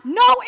no